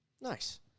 Nice